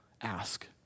ask